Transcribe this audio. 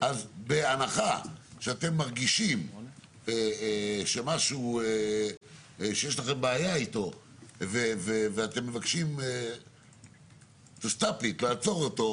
אז בהנחה שאתם מרגישים שמשהו שיש לכם בעיה איתו ואתם מבקשים לעצור אותו,